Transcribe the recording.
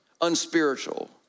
unspiritual